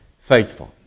faithful